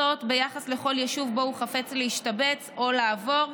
זאת ביחס לכל יישוב שבו הוא חפץ להשתבץ או לעבור,